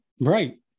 Right